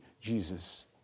Jesus